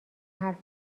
حرف